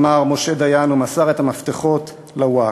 אמר משה דיין, ומסר את המפתחות לווקף.